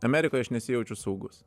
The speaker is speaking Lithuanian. amerikoj aš nesijaučiu saugus